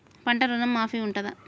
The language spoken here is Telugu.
పంట ఋణం మాఫీ ఉంటదా?